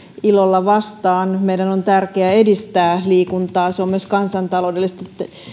ilolla vastaan meidän on tärkeää edistää liikuntaa se on myös kansantaloudellisesti